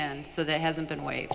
and so that hasn't been wa